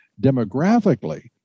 demographically